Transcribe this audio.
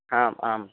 आम् आम्